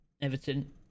Everton